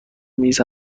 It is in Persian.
میز